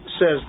Says